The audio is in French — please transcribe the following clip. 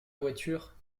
voiture